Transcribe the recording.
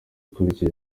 ukurikije